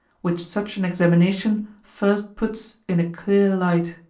which such an examination first puts in a clear light.